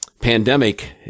pandemic